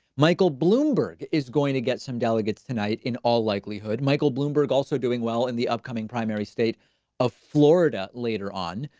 michael bloomberg is going to get some delegates tonight, in all likelihood, michael bloomberg, also doing well in the upcoming primary state of florida, later on.